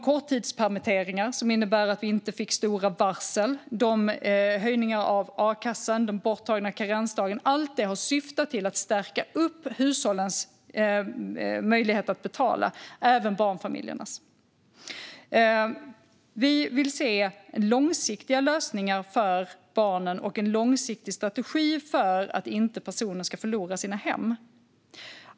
Korttidspermitteringar för att undvika stora varsel, höjningar av a-kassa och borttagen karensdag har syftat till att stärka hushållens möjlighet att betala, även barnfamiljernas. Vi vill se långsiktiga lösningar för barn och en långsiktig strategi för att personer inte ska förlora sitt hem.